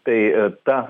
tai ta